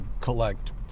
collect